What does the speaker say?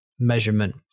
measurement